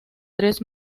tres